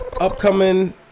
Upcoming